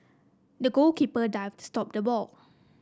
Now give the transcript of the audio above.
the goalkeeper dived to stop the ball